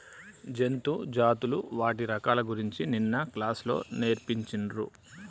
జంతు జాతులు వాటి రకాల గురించి నిన్న క్లాస్ లో నేర్పిచిన్రు